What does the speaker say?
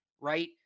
right